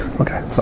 Okay